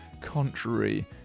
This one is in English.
contrary